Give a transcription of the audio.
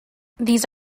these